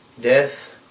Death